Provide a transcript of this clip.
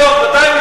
200 מיליון?